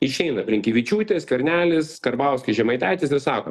išeina blinkevičiūtė skvernelis karbauskis žemaitaitis ir sako